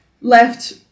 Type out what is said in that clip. left